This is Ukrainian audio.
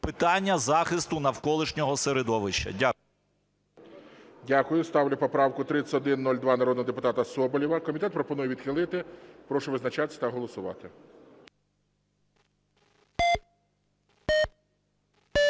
питання захисту навколишнього середовища. Дякую. ГОЛОВУЮЧИЙ. Дякую. Ставлю поправку 3102 народного депутата Соболєва. Комітет пропонує відхилити. Прошу визначатися та голосувати.